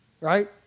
Right